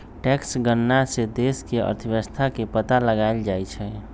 tax गणना से देश के अर्थव्यवस्था के पता लगाएल जाई छई